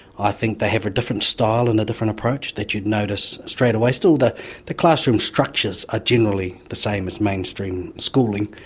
i think they have a different style and a different approach that you'd notice straight away. still the the classroom structures are generally the same as mainstream schooling,